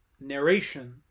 narration